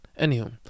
Anywho